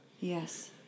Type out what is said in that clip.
Yes